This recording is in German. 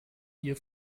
ihr